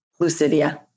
lucidia